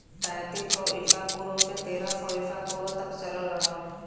तैंतीस सौ ईसा पूर्व से तेरह सौ ईसा पूर्व तक चलल रहल